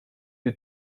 die